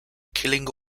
killing